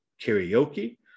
karaoke